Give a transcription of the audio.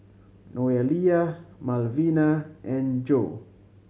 Noelia Malvina and Jo